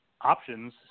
options –